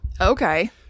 Okay